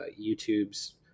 YouTube's